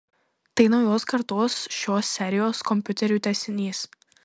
tai naujos kartos šios serijos kompiuterių tęsinys